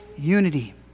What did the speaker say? unity